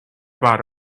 bought